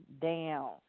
down